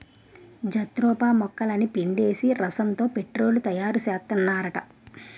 jatropha మొక్కలని పిండేసి రసంతో పెట్రోలు తయారుసేత్తన్నారట